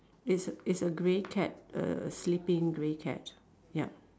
it's it's a grey cat a sleeping grey cat ya